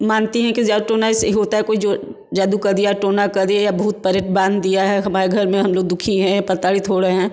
मानते हैं कि जादू टोना से ही होता है कोई जादू कर दिया टोना करे या भूत प्रेत बाँध दिया है हमारे घर में हम लोग दुखी हैं प्रताड़ित हो रहें हैं